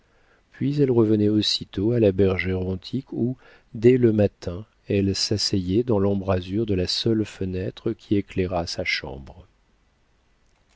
puis elle revenait aussitôt à la bergère antique où dès le matin elle s'asseyait dans l'embrasure de la seule fenêtre qui éclairât sa chambre